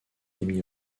emmy